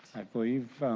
i believe